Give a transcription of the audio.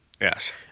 Yes